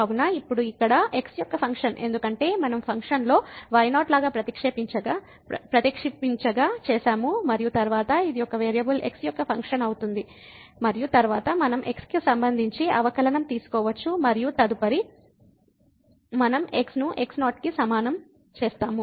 కావున ఇప్పుడు ఇక్కడ x యొక్క ఫంక్షన్ ఎందుకంటే మనం ఫంక్షన్ లో y0 లాగా ప్రతిక్షేపించగా చేసాము మరియు తరువాత ఇది ఒక వేరియబుల్ x యొక్క ఫంక్షన్ అవుతుంది మరియు తరువాత మనం x కు సంబంధించి అవకలనంతీసుకోవచ్చు మరియు తదుపరి మనం x ను x0 కి సమానం